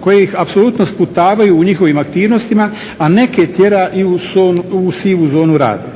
kojih apsolutno sputavaju u njihovim aktivnostima, a neke tjera i u sivu zona rada.